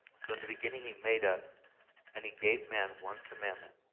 so in the beginning he made us and he gave man one commandment.